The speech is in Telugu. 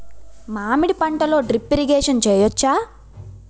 మామిడి పంటలో డ్రిప్ ఇరిగేషన్ చేయచ్చా?